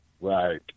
Right